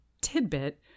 tidbit